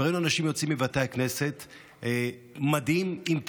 ראינו אנשים יוצאים מבתי כנסת עם מדים ועם טלית.